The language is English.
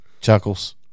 Chuckles